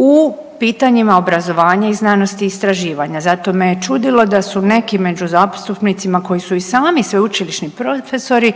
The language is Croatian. u pitanjima obrazovanja i znanosti istraživanja. Zato me je čudilo da su neki među zastupnicima koji su i sami sveučilišni profesori